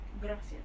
gracias